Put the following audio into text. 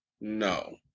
No